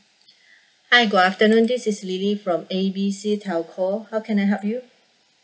hi good afternoon this is lily from A B C telco how can I help you